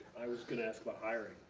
i was gonna ask about hiring.